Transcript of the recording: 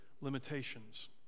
limitations